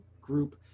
group